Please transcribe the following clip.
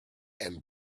and